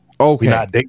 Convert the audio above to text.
okay